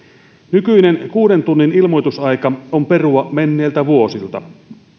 nykyinen kuuden tunnin ilmoitusaika on perua menneiltä vuosilta